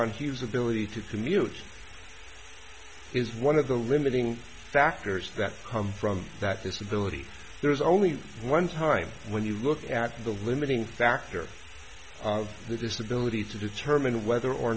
hume's ability to commute is one of the limiting factors that come from that disability there's only one time when you look at the limiting factor of the disability to determine whether or